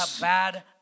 bad